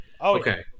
Okay